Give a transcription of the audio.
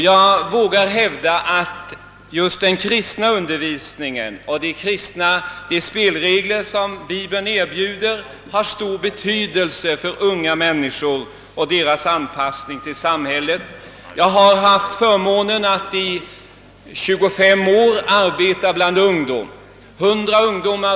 Jag vågar hävda att just den kristna undervisningen och de spelregler som Bibeln erbjuder, har stor betydelse för unga människor och för deras anpassning till samhället. Jag har haft förmånen att i 25 år arbeta bland ungdom.